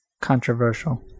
controversial